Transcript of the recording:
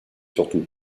surtout